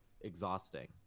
exhausting